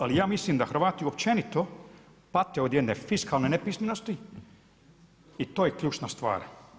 Ali ja mislim da Hrvati općenito pate od jedne fiskalne nepismenosti i to je ključna stvar.